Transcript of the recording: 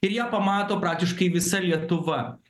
ir ją pamato praktiškai visa lietuva